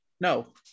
No